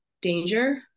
danger